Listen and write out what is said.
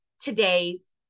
Today's